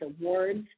awards